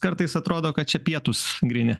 kartais atrodo kad čia pietūs gryni